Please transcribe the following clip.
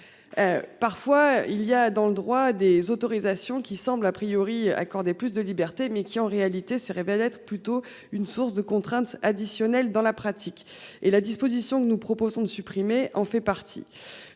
Parfois il y a dans le droit des autorisations qui semble a priori accorder plus de liberté, mais qui en réalité se révèle être plutôt une source de contraintes additionnelles dans la pratique et la disposition que nous proposons de supprimer en fait partie.